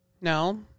No